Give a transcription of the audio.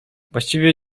właściwie